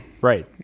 Right